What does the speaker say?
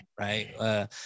right